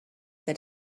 they